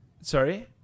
sorry